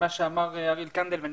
שאמר אריאל קנדל, אני